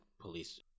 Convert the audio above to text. police